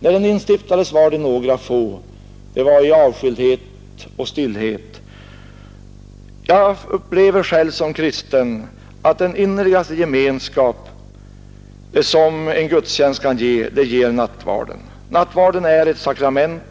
När den instiftades var det några få som deltog — den ägde rum i avskildhet och stillhet. Jag upplever själv som kristen att den innerligaste gemenskap som en gudstjänst kan ge, det ger nattvarden. Nattvarden är ett sakrament,